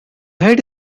head